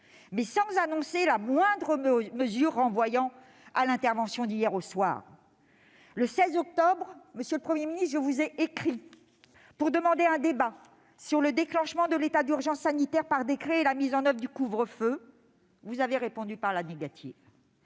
mais sans annoncer la moindre mesure, renvoyant à l'intervention de mercredi soir. Le 16 octobre, je vous avais écrit pour demander un débat sur le déclenchement de l'état d'urgence sanitaire par décret et la mise en oeuvre du couvre-feu. Vous avez répondu par la négative.